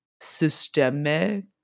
systemic